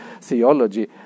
theology